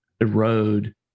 erode